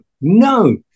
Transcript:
no